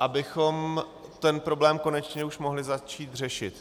abychom ten problém už konečně mohli začít řešit.